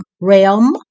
realm